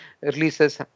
releases